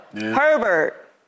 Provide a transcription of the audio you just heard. Herbert